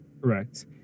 correct